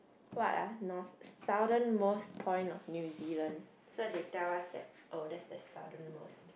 what ah north~ southern most point of new-zealand so they tell us that oh that's the southern most